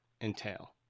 entail